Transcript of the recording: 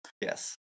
Yes